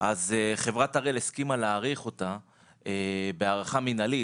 חברת הראל הסכימה להאריך אותה - בהארכה מנהלית,